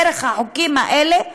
דרך החוקים האלה,